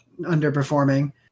underperforming